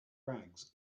rags